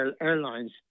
airlines